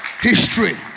history